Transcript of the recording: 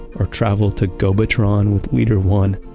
or travel to gobotron with leader one.